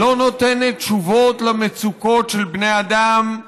לא נותנת תשובות למצוקות של בני אדם,